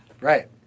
Right